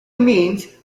means